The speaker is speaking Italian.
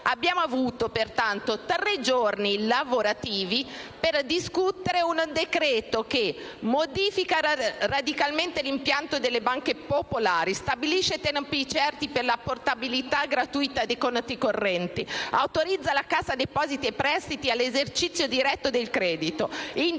Abbiamo avuto pertanto tre giorni lavorativi per discutere un decreto che: modifica radicalmente l'impianto delle banche popolari; stabilisce tempi certi per la portabilità gratuita dei conti correnti; autorizza la Cassa depositi e prestiti all'esercizio diretto del credito;